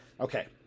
Okay